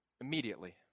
immediately